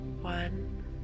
one